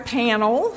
panel